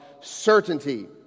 certainty